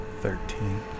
Thirteen